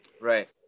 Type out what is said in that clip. Right